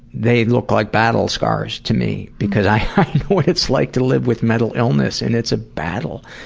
they look like battle scars to me. because i know what it's like to live with mental illness and it's a battle.